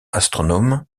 astronome